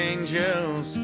Angels